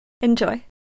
Enjoy